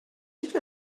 you